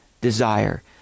desire